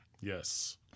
Yes